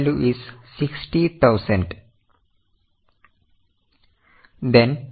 So the total value is 60000